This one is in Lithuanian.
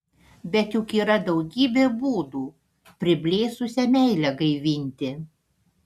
bet juk yra daugybė būdų priblėsusią meilę gaivinti